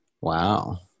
Wow